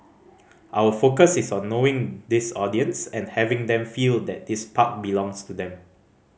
our focus is on knowing this audience and having them feel that this park belongs to them